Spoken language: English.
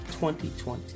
2020